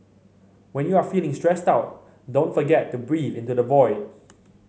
when you are feeling stressed out don't forget to breathe into the void